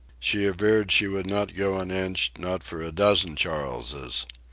she averred she would not go an inch, not for a dozen charleses.